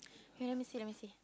okay let me see let me see